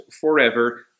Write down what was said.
forever